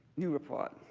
new report.